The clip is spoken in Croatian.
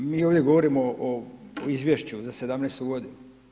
Mi ovdje govorimo o izvješću za '17. godinu.